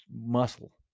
muscle